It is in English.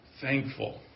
thankful